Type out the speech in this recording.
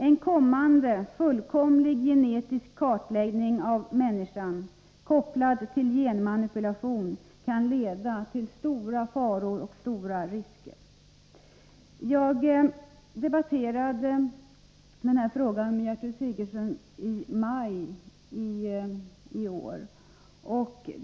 En kommande, fullkomlig genetisk kartläggning av människan, kopplad till genmanipulation, kan leda till stora faror och stora risker. Jag debatterade den här frågan med Gertrud Sigurdsen i maj i år.